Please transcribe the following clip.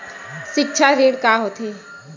सिक्छा ऋण का होथे?